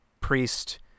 priest